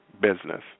business